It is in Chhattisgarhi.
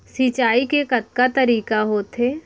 सिंचाई के कतका तरीक़ा होथे?